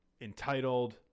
entitled